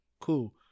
cool